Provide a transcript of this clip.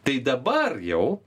tai dabar jau